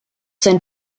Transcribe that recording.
sein